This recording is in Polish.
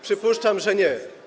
Przypuszczam, że nie.